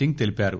సింగ్ తెలిపారు